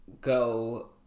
go